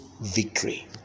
victory